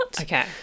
Okay